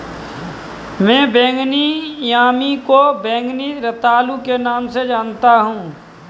मैं बैंगनी यामी को बैंगनी रतालू के नाम से जानता हूं